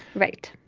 right.